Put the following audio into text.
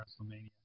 WrestleMania